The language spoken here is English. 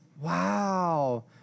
Wow